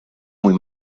muy